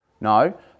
No